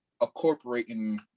incorporating